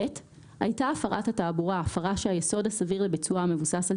הייתה הפרת תעבורה הפרה שהיסוד הסביר לביצועה מבוסס על